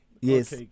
Yes